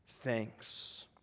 thanks